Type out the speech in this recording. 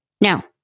Now